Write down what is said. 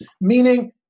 meaning